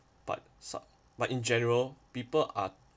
but suc~ but in general people are